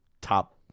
top